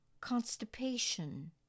constipation